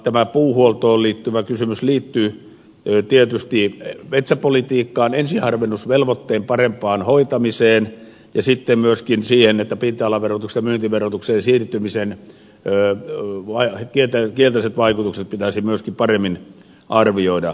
tämä puuhuoltoon liittyvä kysymys liittyy tietysti metsäpolitiikkaan ensiharvennusvelvoitteen parempaan hoitamiseen ja sitten myöskin siihen että pinta alaverotuksesta myyntiverotukseen siirtymisen kielteiset vaikutukset pitäisi myöskin paremmin arvioida